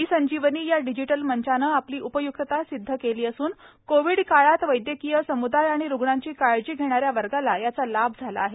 E Sanjeevani या digital मंचाने आपली उपय्क्तता सिद्ध केली असून कोविड काळात वैद्यकीय सम्दाय आणि रुग्णांची काळजी घेणाऱ्या वर्गाला याचा लाभ झाला आहे